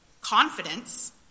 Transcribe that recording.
confidence